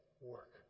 work